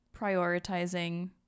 prioritizing